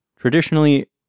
traditionally